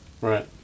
Right